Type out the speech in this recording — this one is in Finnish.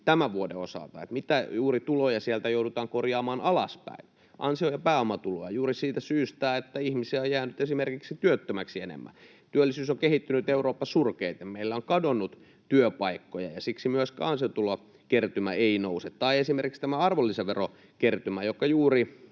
tämän vuoden osalta, mitä tuloja sieltä joudutaan korjaamaan alaspäin: ansio‑ ja pääomatuloja, juuri siitä syystä, että ihmisiä on jäänyt enemmän esimerkiksi työttömiksi. Työllisyys on kehittynyt Euroopan surkeiten. Meiltä on kadonnut työpaikkoja, ja siksi myös kansantulokertymä ei nouse. Tai esimerkiksi tämä arvonlisäverokertymä, joka